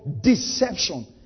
deception